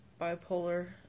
bipolar